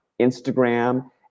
Instagram